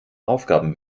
aufgaben